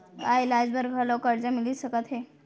का इलाज बर घलव करजा मिलिस सकत हे?